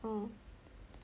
orh